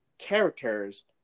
Characters